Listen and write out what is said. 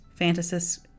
fantasists